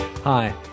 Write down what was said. Hi